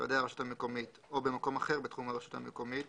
במיתקני הרשות המקומית או במקום אחר בתחום הרשות המקומית